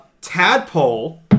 Tadpole